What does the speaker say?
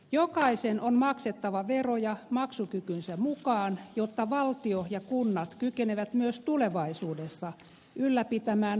jokaisen on maksettava veroja maksukykynsä mukaan jotta valtio ja kunnat kykenevät myös tulevaisuudessa ylläpitämään pohjoismaista hyvinvointiyhteiskuntaa